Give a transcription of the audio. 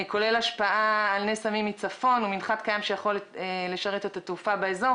כולל השפעה על נס עמים מצפון ומנחת קיים שיכול לשרת את התעופה באזור".